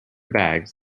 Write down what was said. bags